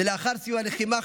ולאחר סיום הלחימה,